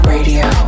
Radio